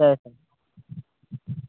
సర సార్